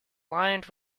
lined